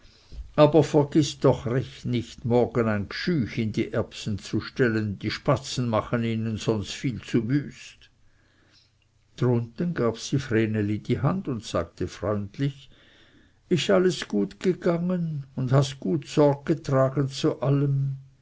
aber vergiß doch recht nicht morgen ein gschüch in die erbsen zu stellen die spatzen machen ihnen sonst viel zu wüst drunten gab sie vreneli die hand und sagte freundlich ist alles gut gegangen und hast gut sorg getragen zu allem